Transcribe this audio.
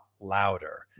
louder